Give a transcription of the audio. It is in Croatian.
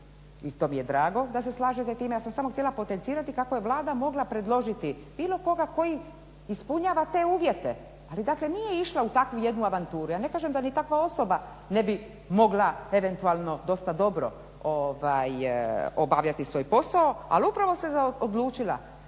i to mi je drago da se slažete time. Ja sam samo htjela potencirati kako je Vlada mogla predložiti bilo koga koji ispunjava te uvjete, ali dakle nije išla u takvu jednu avanturu. Ja ne kažem da ni takva osoba ne bi mogla eventualno dosta dobro obavljati svoj posao, ali upravo se odlučila